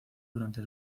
durante